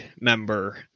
member